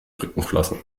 rückenflossen